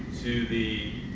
to the